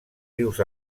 rius